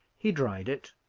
he dried it,